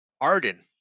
Arden